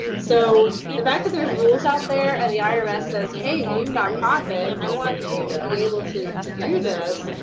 so the fact that there's rules out there and the irs says, hey, you nonprofit, i want you to be able to to do this,